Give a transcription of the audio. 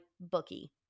bookie